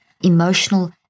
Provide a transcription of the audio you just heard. emotional